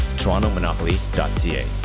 torontomonopoly.ca